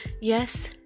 Yes